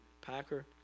Packer